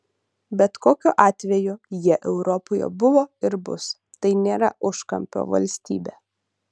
bet kokiu atveju jie europoje buvo ir bus tai nėra užkampio valstybė